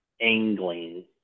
angling